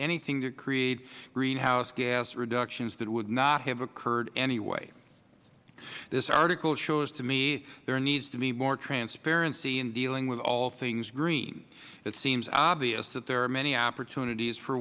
anything to create greenhouse gas reductions that would not have occurred anyway this article shows to me there needs to be more transparency in dealing with all things green it seems obvious that there are many opportunities for